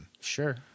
Sure